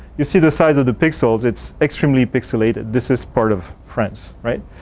you see the size of the pixels, it's extremely pixilated. this is part of france, right?